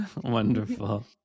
Wonderful